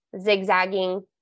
zigzagging